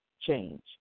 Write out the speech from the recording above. change